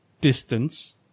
distance